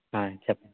చెప్పండి